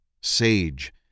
sage